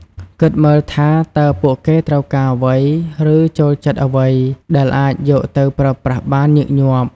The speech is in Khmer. គិតមើលថា តើពួកគេត្រូវការអ្វី ឬចូលចិត្តអ្វីដែលអាចយកទៅប្រើប្រាស់បានញឹកញាប់។